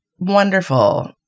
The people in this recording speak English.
wonderful